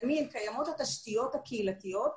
קיימות התשתיות הקהילתיות.